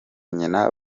nyina